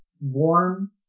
warm